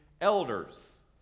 elders